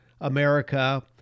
America